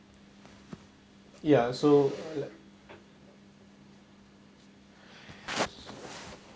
ya so like